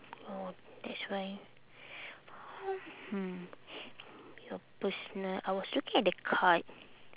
oh that's why hmm your personal I was looking at the card